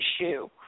issue